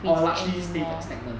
or largely stayed stagnant